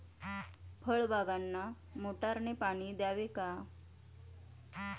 फळबागांना मोटारने पाणी द्यावे का?